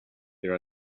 there